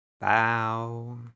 bow